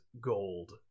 gold